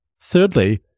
Thirdly